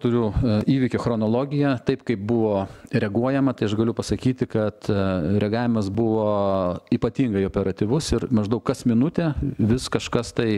turiu įvykių chronologiją taip kaip buvo reaguojama tai aš galiu pasakyti kad reagavimas buvo ypatingai operatyvus ir maždaug kas minutę vis kažkas tai